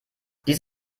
dies